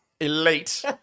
elite